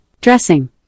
dressing